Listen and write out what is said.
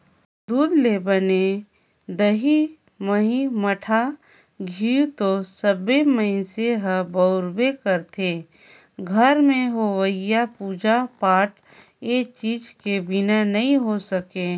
दूद ले बने दही, मही, मठा, घींव तो सब्बो मनखे ह बउरबे करथे, घर में होवईया पूजा पाठ ए चीज के बिना नइ हो सके